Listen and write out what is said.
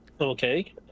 Okay